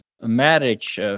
marriage